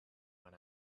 when